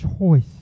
choice